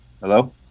Hello